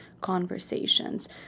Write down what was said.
conversations